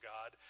God